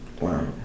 Wow